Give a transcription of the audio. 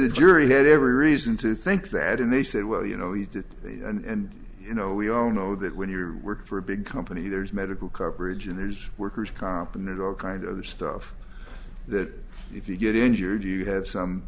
the jury had every reason to think that and they said well you know he did and you know we all know that when you're for a big company there's medical coverage and there's workers comp and there are kind of other stuff that if you get injured you have some